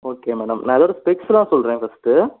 okay madam நான் அதோட ஃபீச்சராக சொல்லுற ஃபர்ஸ்ட்டு